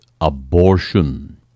abortion